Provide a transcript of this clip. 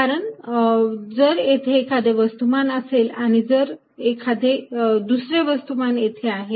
कारण जर तेथे एखादे वस्तुमान असेल आणि जर एखादे दुसरे वस्तुमान येथे दिले